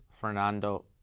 Fernando